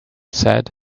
said